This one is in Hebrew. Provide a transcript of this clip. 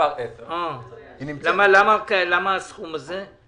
ולמה הסכום הזה?